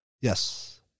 Yes